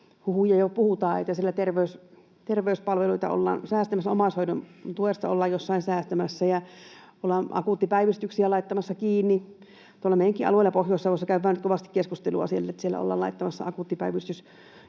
huhuja jo puhutaan, että siellä terveyspalveluista ollaan säästämässä, omaishoidon tuesta ollaan jossain säästämässä ja ollaan akuuttipäivystyksiä laittamassa kiinni. Tuolla meidänkin alueella Pohjois-Savossa käydään nyt kovasti keskustelua siitä, että siellä ollaan laittamassa akuuttipäivystysjuttuja